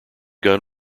gun